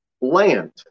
Land